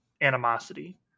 animosity